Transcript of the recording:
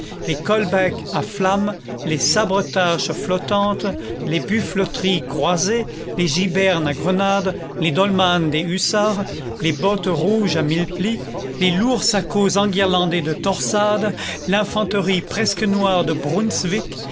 les colbacks à flamme les sabretaches flottantes les buffleteries croisées les gibernes à grenade les dolmans des hussards les bottes rouges à mille plis les lourds shakos enguirlandés de torsades l'infanterie presque noire de brunswick